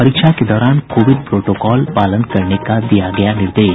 परीक्षा के दौरान कोविड प्रोटोकॉल पालन करने का दिया गया निर्देश